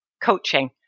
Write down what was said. coaching